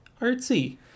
Artsy